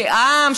כעם,